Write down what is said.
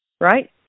Right